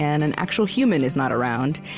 and an actual human is not around,